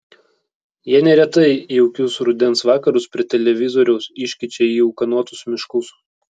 jie neretai jaukius rudens vakarus prie televizoriaus iškeičia į ūkanotus miškus